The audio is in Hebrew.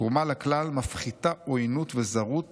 תרומה לכלל מפחיתה עוינות וזרות